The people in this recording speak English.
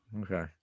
Okay